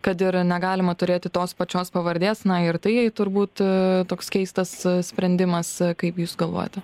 kad ir negalima turėti tos pačios pavardės na ir tai turbūt toks keistas sprendimas kaip jūs galvojate